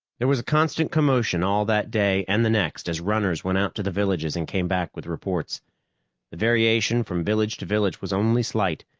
there was a constant commotion all that day and the next as runners went out to the villages and came back with reports variation from village to village was only slight.